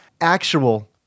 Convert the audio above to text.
Actual